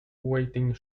waiting